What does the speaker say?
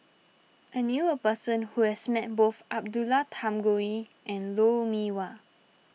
I knew a person who has met both Abdullah Tarmugi and Lou Mee Wah